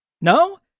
no